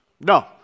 No